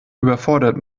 überfordert